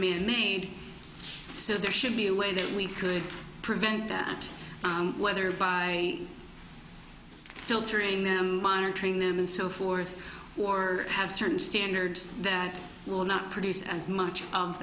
many so there should be a way that we could prevent that whether by filtering them monitoring them and so forth or have certain standards that will not produce as much